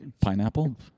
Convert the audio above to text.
pineapple